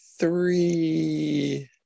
Three